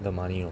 the money lor